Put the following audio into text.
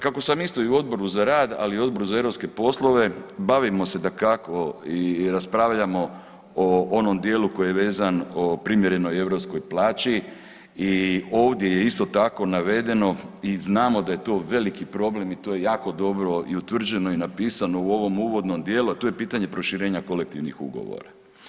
Kako sam isto i u Odboru za rad, ali i u Odboru za europske poslove bavimo se dakako i raspravljamo o onom dijelu koji je vezan o primjerenom europskoj plaći i ovdje je isto tako navedeno i znamo da je to veliki problem i to je jako dobro i utvrđeno i napisano u ovom uvodnom dijelu, a to je pitanje proširenja kolektivnih ugovora.